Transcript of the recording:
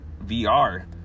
VR